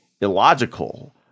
illogical